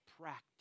practice